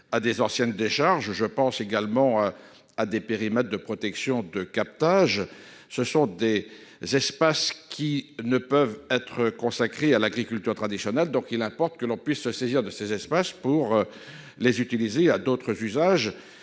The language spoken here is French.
à d'anciennes décharges ou à des périmètres de protection des captages. Il y a là des espaces qui ne peuvent être consacrés à l'agriculture traditionnelle ; il importe donc que l'on puisse se saisir de ces espaces pour les destiner à d'autres usages.